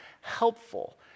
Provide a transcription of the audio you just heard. helpful